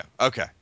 Okay